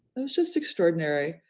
it's just extraordinary,